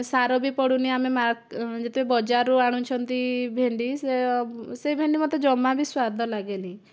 ସାର ବି ପଡ଼ୁନି ଆମେ ମାର୍ ଯେତେବେଳେ ବଜାରରୁ ଆଣୁଛନ୍ତି ଭେଣ୍ଡି ସେ ସେ ଭେଣ୍ଡି ମୋତେ ଜମା ବି ସ୍ୱାଦ ଲାଗେନି